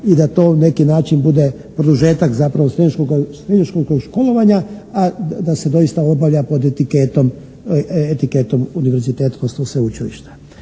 i da to na neki način bude produžetak zapravo srednjoškolskog školovanja, a da se doista obavlja pod etiketom univerziteta sveučilišta.